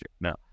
No